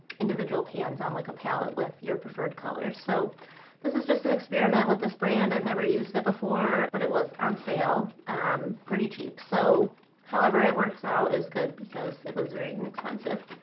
individual pans on like a palette with your preferred colors. so this is just an experiment with this brand i've never used it before but it was on sale um pretty cheap. so however, it works out is good because it was very inexpensive